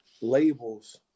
labels